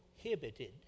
prohibited